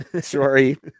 Sorry